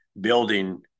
building